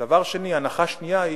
הנחה שנייה,